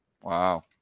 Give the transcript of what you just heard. Wow